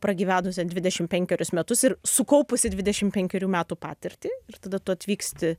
pragyvenusia dvidešim penkerius metus ir sukaupusi dvidešim penkerių metų patirtį ir tada tu atvyksti